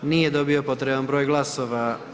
Nije dobio potreban broj glasova.